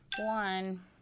one